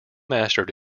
mastered